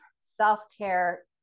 self-care